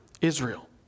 Israel